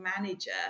manager